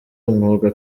umwuga